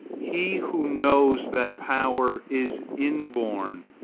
he who knows that power is inborn,